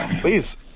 Please